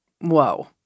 whoa